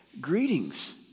greetings